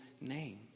name